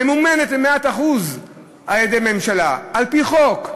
ממומנת ב-100% על-ידי הממשלה על-פי חוק.